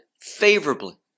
favorably